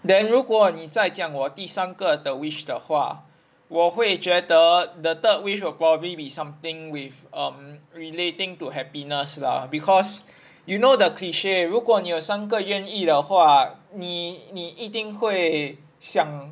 then 如果你在讲我第三个的 wish 的话我会觉得 the third wish will probably be something with um relating to happiness lah cause you know the cliche 如果你有三个愿意的话你你一定会想